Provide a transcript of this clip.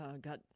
got